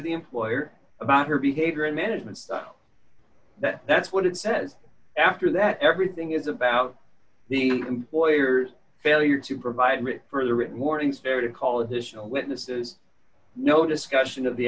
the employer about her behavior and management that that's what it says after that everything is about the employer's failure to provide for a written warning fair to call additional witnesses no discussion of the